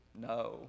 No